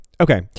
Okay